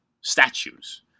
statues